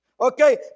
okay